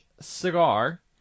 cigar